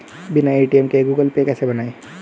बिना ए.टी.एम के Google Pay कैसे बनायें?